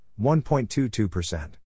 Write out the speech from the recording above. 1.22%